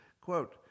Quote